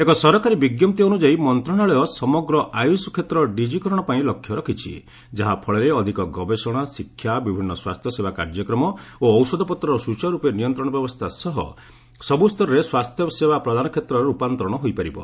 ଏକ ସରକାରୀ ବିଞ୍କପ୍ତି ଅନୁଯାୟୀ ମନ୍ତ୍ରଣାଳୟ ସମଗ୍ର ଆୟୁଷ କ୍ଷେତ୍ରର ଡିଜିକରଣ ପାଇଁ ଲକ୍ଷ୍ୟ ରଖିଛି ଯାହାଫଳରେ ଅଧିକ ଗବେଷଣା ଶିକ୍ଷା ବିଭିନ୍ନ ସ୍ୱାସ୍ଥ୍ୟ ସେବା କାର୍ଯ୍ୟକ୍ରମ ଓ ଔଷଧପତ୍ରର ସୁଚାରୁରୂପେ ନିୟନ୍ତ୍ରଣ ବ୍ୟବସ୍ଥା ସହ ସବୁ ସ୍ତରରେ ସ୍ପାସ୍ଥ୍ୟସେବା ପ୍ରଦାନ କ୍ଷେତ୍ରର ରୂପାନ୍ତରଣ ହୋଇପାରିବ